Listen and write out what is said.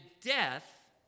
death